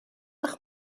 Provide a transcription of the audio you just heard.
fach